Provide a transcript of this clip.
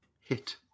hit